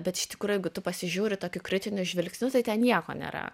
bet iš tikro jeigu tu pasižiūri tokiu kritiniu žvilgsniu tai ten nieko nėra